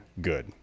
good